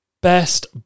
Best